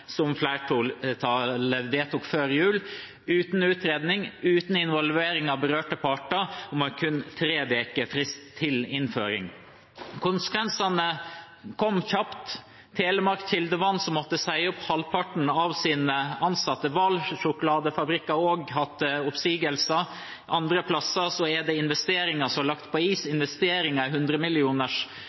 som flertallet vedtok før jul, uten utredning, uten involvering fra berørte parter og med kun tre uker til innføring. Konsekvensene kom kjapt: Telemark Kildevann måtte si opp halvparten av sine ansatte. Hval Sjokoladefabrikk har også hatt oppsigelser. Andre plasser er investeringer blitt lagt på is, investeringer i